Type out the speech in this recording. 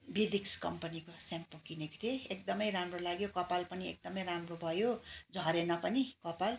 वेदिक्स कम्पनीको सेम्पू किनेको थिएँ एकदमै राम्रो लाग्यो कपाल पनि एकदमै राम्रो भयो झरेन पनि कपाल